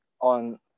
on